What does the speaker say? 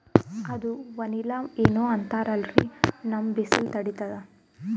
ಅದು ವನಿಲಾ ಏನೋ ಅಂತಾರಲ್ರೀ, ನಮ್ ಬಿಸಿಲ ತಡೀತದಾ?